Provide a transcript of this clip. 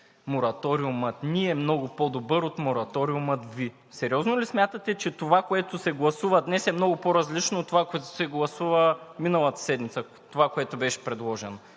„мораториумът ни е много по-добър от мораториума Ви“? Сериозно ли смятате, че това, което се гласува, е много по-различно от това, което се гласува миналата седмица – това, което беше предложено?